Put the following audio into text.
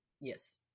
yes